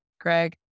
greg